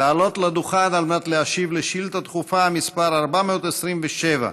לעלות לדוכן ולהשיב על שאילתה דחופה מס' 427,